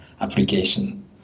application